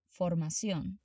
Formación